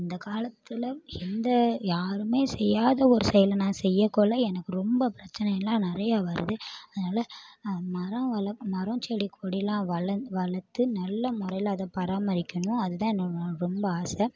இந்த காலத்தில் எந்த யாருமே செய்யாத ஒரு செயலை நான் செய்ய குள்ளே எனக்கு ரொம்ப பிரச்சினையெல்லாம் நிறையா வருது அதனால மரம் வளக் மரம் செடி கொடியெலாம் வளந் வளர்த்து நல்ல முறையில அதை பராமரிக்கணும் அதுதான் என்னோட ரொம்ப ஆசை